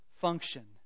function